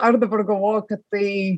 aš dabar galvoju kad tai